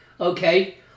Okay